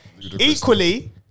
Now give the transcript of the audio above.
Equally